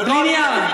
ולא ענית.